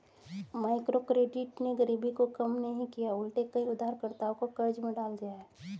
microcredit ने गरीबी को कम नहीं किया उलटे कई उधारकर्ताओं को कर्ज में डाल दिया है